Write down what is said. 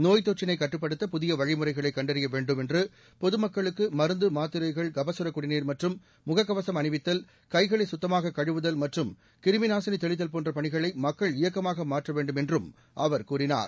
நோய்த்தொற்றிளை கட்டுப்படுத்த புதிய வழிமுறைகளை கண்டறிய வேண்டும் என்று பொதுமக்களுக்கு மருந்து மாத்திரைகள் கபசுரக் குடிநீர் மற்றும் முகக்கவசம் அணிவித்தல் கைகளை சுத்தமாக கழுவுதல் மற்றும் கிருமிநாசினி தெளித்தல் போன்ற பணிகளை மக்கள் இயக்கமாக மாற்ற வேண்டும் என்றும் அவர் கூறினார்